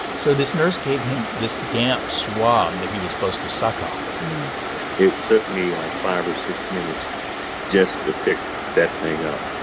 so this nurse gave him this damp swab that he was supposed to suck on it took me, like, five or six minutes just to pick that thing up,